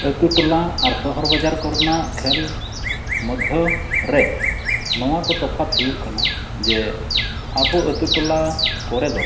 ᱟᱛᱳ ᱴᱚᱞᱟ ᱟᱨ ᱥᱚᱦᱚᱨ ᱵᱟᱡᱟᱨ ᱠᱚᱨᱮᱱᱟᱜ ᱠᱷᱮᱞ ᱢᱚᱭᱫᱽᱫᱷᱚ ᱨᱮ ᱱᱚᱣᱟ ᱠᱚ ᱛᱚᱯᱷᱟᱛ ᱦᱩᱭᱩᱜ ᱠᱟᱱᱟ ᱡᱮ ᱟᱵᱚ ᱟᱛᱳ ᱴᱚᱞᱟ ᱠᱚᱨᱮ ᱫᱚ